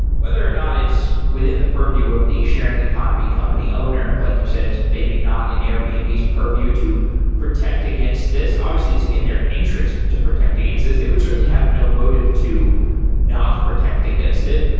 whether or not it's within the purview of the sharing economy company owner, like you said it's maybe not an airbnb's purview to protect against this. obviously, it's in their interest to protect against this. they would certainly have no motive to not protect against it.